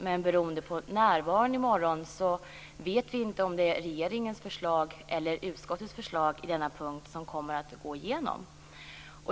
Men beroende på närvaron i morgon vet vi inte om det blir regeringens eller utskottets förslag på denna punkt som kommer att gå igenom.